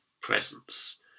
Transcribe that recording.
presence